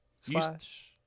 Slash